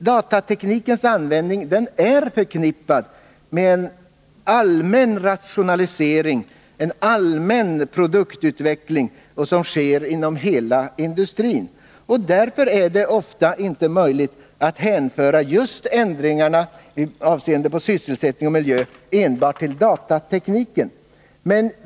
Datateknikens användning är förknippad med en allmän rationalisering och en allmän produktutveckling inom hela industrin. Därför är det ofta inte möjligt att hänföra ändringarna avseende sysselsättning och miljö till enbart datatekniken.